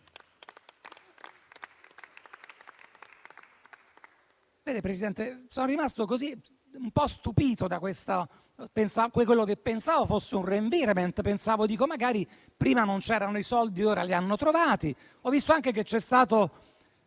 Presidente, sono rimasto un po' stupito da quello che pensavo fosse un *revirement*; pensavo che magari prima non c'erano i soldi, ma ora li hanno trovati,